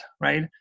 right